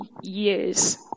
years